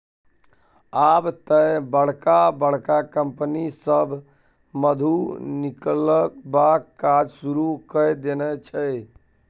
आब तए बड़का बड़का कंपनी सभ मधु निकलबाक काज शुरू कए देने छै